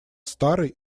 старый